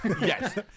yes